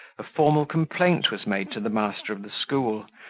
a formal complaint was made to the master of the school,